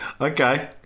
Okay